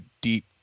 deep